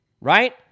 Right